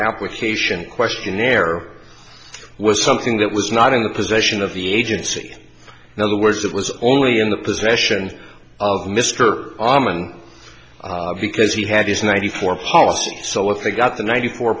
application questionnaire was something that was not in the possession of the agency in other words it was only in the possession of mr armin because he had his ninety four policy so if they got the ninety four